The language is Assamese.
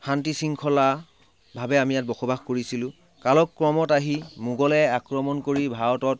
শান্তি শৃংখলাভাৱে আমি ইয়াত বসবাস কৰিছিলো কালক্ৰমত আহি মোগলে আক্ৰমণ কৰি ভাৰতত